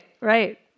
right